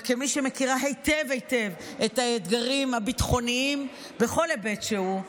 וכמי שמכירה היטב היטב את האתגרים הביטחוניים בכל היבט שהוא,